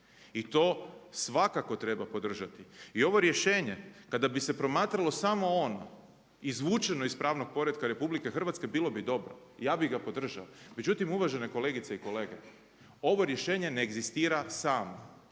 i to svakako treba podržati. I ovo rješenje kada bi se promatralo samo ono izvučeno iz pravnog poretka RH bilo bi dobro i ja bih ga podržao. Međutim, uvažene kolegice i kolege, ovo rješenje ne egzistira samo.